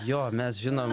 jo mes žinom